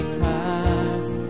times